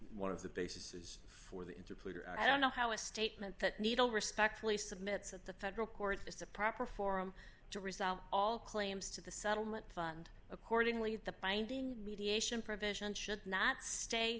one of the bases for the interplay or i don't know how a statement that needle respectfully submit so that the federal court is the proper forum to resolve all claims to the settlement fund accordingly the binding mediation provision should not stay